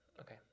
okay